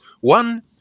one